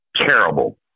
terrible